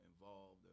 involved